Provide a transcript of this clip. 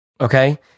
Okay